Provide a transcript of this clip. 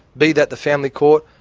be that the family court,